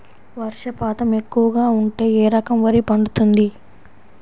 వర్షపాతం ఎక్కువగా ఉంటే ఏ రకం వరి పండుతుంది?